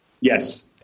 yes